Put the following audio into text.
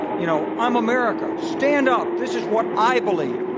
you know, i'm america. stand up. this is what i believe.